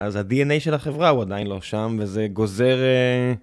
אז הדי.אן.איי של החברה הוא עדיין לא שם, וזה גוזר...